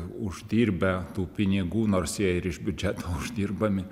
uždirbę tų pinigų nors jie ir iš biudžeto uždirbami